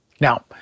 Now